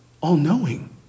all-knowing